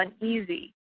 uneasy